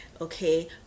okay